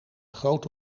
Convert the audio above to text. grote